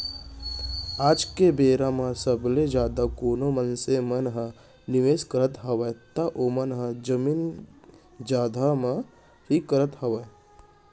आज के बेरा म सबले जादा कोनो मनसे मन ह निवेस करत हावय त ओमन ह जमीन जघा म ही करत हावय